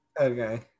Okay